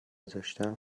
داشتم